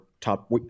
top